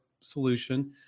solution